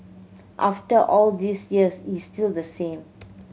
after all these years he's still the same